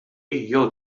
jew